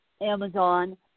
Amazon